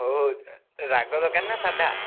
ହଉ ହଉ ରାଗ ଦରକାର ନା ସାଧା